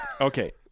Okay